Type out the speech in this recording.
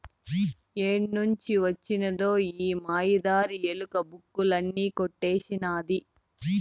ఏడ్నుంచి వొచ్చినదో ఈ మాయదారి ఎలక, బుక్కులన్నీ కొట్టేసినాది